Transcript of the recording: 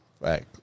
Right